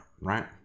Right